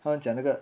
他们讲那个